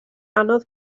anodd